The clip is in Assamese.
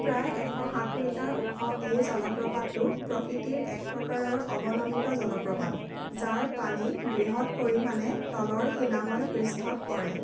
প্ৰায় এশ সাত মিটাৰ ওখ এই জলপ্ৰপাতটো প্ৰকৃতিৰ এক প্ৰকাৰৰ অৱনমিত জলপ্ৰপাত যাৰ পানী বৃহৎ পৰিমাণে তলৰ শিলাময় পৃষ্ঠত পৰে